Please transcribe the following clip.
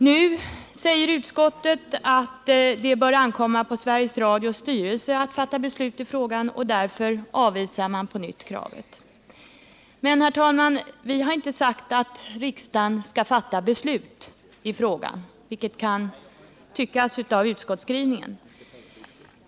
Nu säger utskottet att det bör ankomma på Sveriges Radios styrelse att fatta beslut i frågan, och därför avvisar man på nytt kravet. Men, herr talman, vi har inte krävt att riksdagen skall fatta beslut om utträde — det kan synas så när man läser utskottsskrivningen.